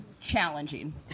Challenging